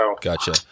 Gotcha